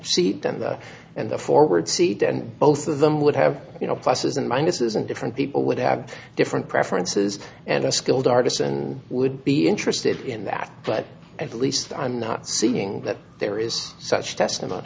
seat and the and the forward seat and both of them would have you know pluses and minuses and different people would have different preferences and a skilled artisan would be interested in that but at least i'm not seeing that there is such testimony